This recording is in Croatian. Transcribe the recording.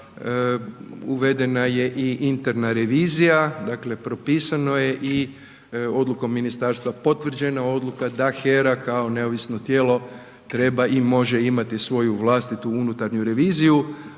uvedena je interna revizija. Dakle, propisano je i odlukom ministarstva potvrđena odluka da HERA kao neovisno tijelo treba i može imati svoju vlastitu unutarnju reviziju,